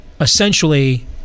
essentially